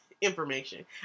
Information